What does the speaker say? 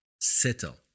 Settle